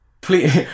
please